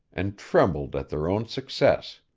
and trembled at their own success